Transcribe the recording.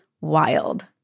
wild